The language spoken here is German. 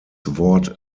wort